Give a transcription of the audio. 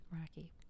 Rocky